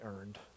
earned